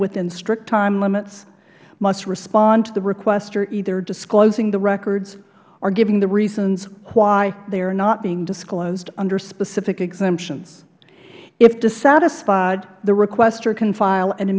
within strict time limits must respond to the requester either disclosing the records or giving the reasons why they are not being disclosed under specific exemptions if dissatisfied the requester can file an